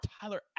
Tyler